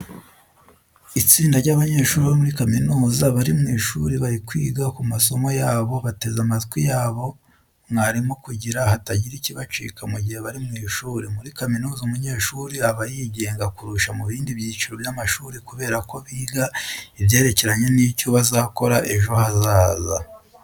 Itsinda ry'abanyeshuri bo muri kaminuza bari mu ishuri bari kwiga ku masomo yabo, bateze amatwi yabo mwarimu kugira hatagira ikibacika mu gihe bari mu ishuri. Muri kaminuza umunyeshuri aba yigenga kurusha mu bindi byiciro by'amashuru kubera ko biga ibyerekeranye n'icyo bazakora ejo hazaza.